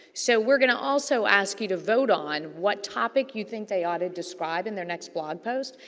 so, we're going to also ask you to vote on what topic you think they ought to describe in their next blog post.